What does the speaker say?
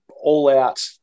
all-out